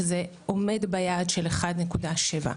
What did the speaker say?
שזה עומד ביעד של 1.7 אחוזים.